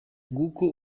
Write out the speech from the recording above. nguko